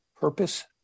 purpose